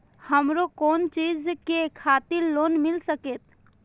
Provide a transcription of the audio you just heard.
हमरो कोन चीज के खातिर लोन मिल संकेत?